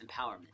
empowerment